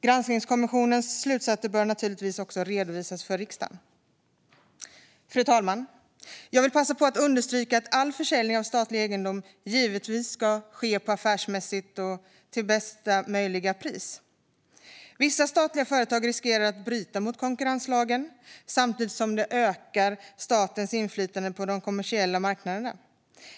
Granskningskommissionens slutsatser bör naturligtvis redovisas för riksdagen. Fru talman! Jag vill passa på att understryka att all försäljning av statlig egendom givetvis ska ske affärsmässigt och till bästa möjliga pris. Vissa statliga företag riskerar att bryta mot konkurrenslagen, samtidigt som de ökar statens inflytande på de kommersiella marknaderna.